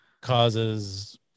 causes